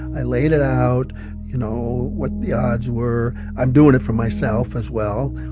i laid it out you know, what the odds were. i'm doing it for myself as well,